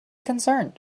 concerned